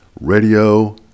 Radio